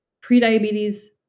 pre-diabetes